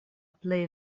plej